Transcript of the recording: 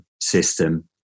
system